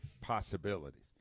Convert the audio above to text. possibilities